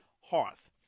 hearth